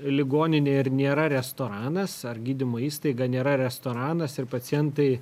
ligoninė ir nėra restoranas ar gydymo įstaiga nėra restoranas ir pacientai